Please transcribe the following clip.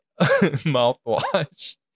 mouthwash